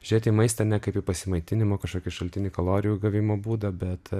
žiūrėti į maistą ne kaip į pasimaitinimo kažkokį šaltinį kalorijų gavimo būdą bet